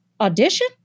audition